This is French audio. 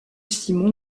simon